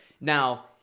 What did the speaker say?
now